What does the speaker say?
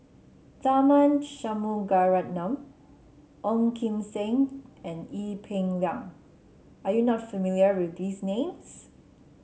Tharman Shanmugaratnam Ong Kim Seng and Ee Peng Liang are you not familiar with these names